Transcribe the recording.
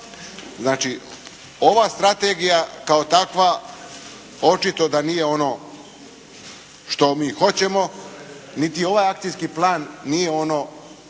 znači ova strategija kao takva očito da nije ono što mi hoćemo niti ovaj akcijski plan nije ono